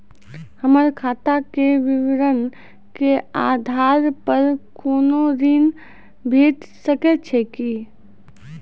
हमर खाता के विवरण के आधार प कुनू ऋण भेट सकै छै की?